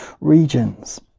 regions